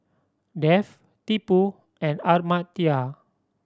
Dev Tipu and Amartya